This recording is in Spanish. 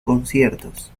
conciertos